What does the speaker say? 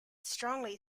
strongly